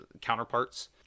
counterparts